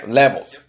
levels